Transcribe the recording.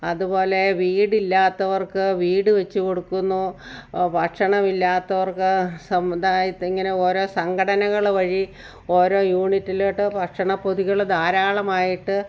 അതുപോലെ വീടില്ലാത്തവർക്ക് വീട് വെച്ച് കൊടുക്കുന്നു ഭക്ഷണം ഇല്ലാത്തവർക്ക് സമുദായത്തിൽ ഇങ്ങനെ ഓരോ സംഘടനകൾ വഴി ഓരോ യൂണിറ്റിലോട്ട് ഭക്ഷണപ്പൊതികൾ ധാരാളമായിട്ട്